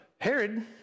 Herod